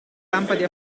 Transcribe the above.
lampade